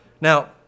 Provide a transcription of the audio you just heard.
Now